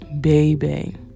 baby